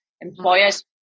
Employers